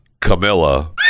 Camilla